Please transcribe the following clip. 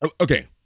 Okay